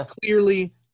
clearly